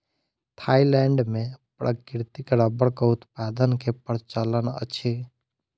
Thailand मे प्राकृतिक रबड़क उत्पादन के प्रचलन अछि